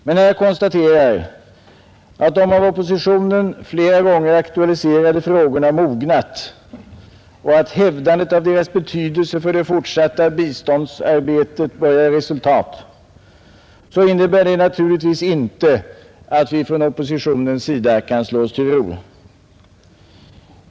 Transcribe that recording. Men när jag konstaterar att de av oppositionen flera gånger aktualiserade frågorna mognat och att hävdandet av deras betydelse för det fortsatta biståndsarbetet börjar ge resultat innebär det naturligtvis inte att vi från oppositionens sida kan slå oss till ro.